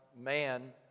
man